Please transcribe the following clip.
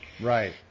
Right